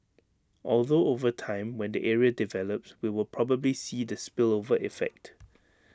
although over time when the area develops we will probably see the spillover effect